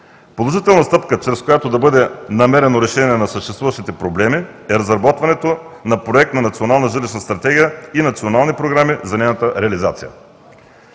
Положителна стъпка, чрез която да бъде намерено решение на съществуващите проблеми, е разработването на Проект на национална жилищна стратегия и национални програми за нейната реализация.